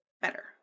better